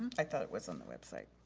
i thought it was on the website.